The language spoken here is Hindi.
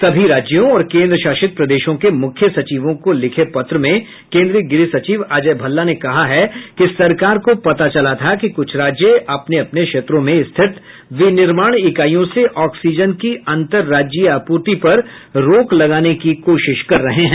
सभी राज्यों और केन्द्र शासित प्रदेशों के मुख्य सचिवों को लिखे पत्र में केंद्रीय गृह सचिव अजय भल्ला ने कहा है कि सरकार को पता चला था कि कुछ राज्य अपने अपने क्षेत्रों में स्थित विनिर्माण इकाइयों से ऑक्सीजन की अंतर राज्यीय आपूर्ति पर रोक लगाने की कोशिश कर रहे हैं